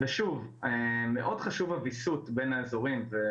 שוב, מאוד חשוב הוויסות בין האזורים.